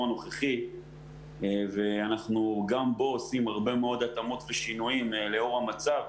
הנוכחי ואנחנו גם בו עושים הרבה מאוד התאמות ושינויים לאור המצב,